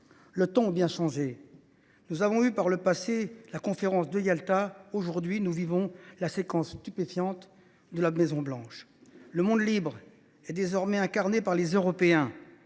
Les temps ont bien changé. Nous avons eu par le passé la conférence de Yalta. Aujourd’hui, nous venons de vivre la séquence stupéfiante de la Maison Blanche. Le monde libre est désormais incarné par les Européens.